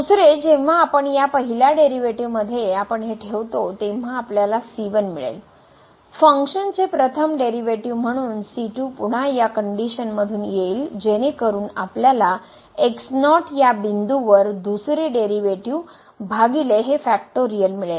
दुसरे जेव्हा आपण या पहिल्या डेरीवेटीव मध्ये आपण हे ठेवतो तेव्हा आपल्याला मिळेल फंक्शनचे प्रथम डेरीवेटीव म्हणून पुन्हा या कंडिशनमधून येईल जेणेकरुन आपल्याला या बिंदूवर दुसरे डेरीवेटीव भागिले हे फॅक्टोरियल मिळेल